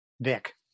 vic